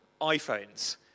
iPhones